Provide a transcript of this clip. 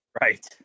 Right